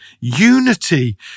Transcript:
unity